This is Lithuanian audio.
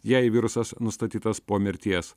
jai virusas nustatytas po mirties